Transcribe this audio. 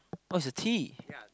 oh it's a tea